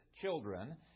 children